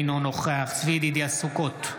אינו נוכח צבי ידידיה סוכות,